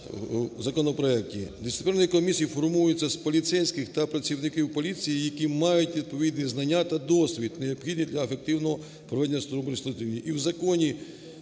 Дисциплінарні комісії формуються з поліцейських та працівників поліції, які мають відповідні знання та досвід, необхідні для ефективного проведення службового розслідування.